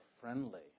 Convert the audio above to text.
friendly